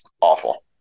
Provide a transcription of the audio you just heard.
Awful